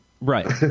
right